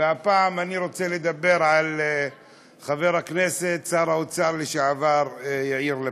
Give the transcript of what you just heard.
והפעם אני רוצה לדבר על חבר הכנסת שר האוצר לשעבר יאיר לפיד.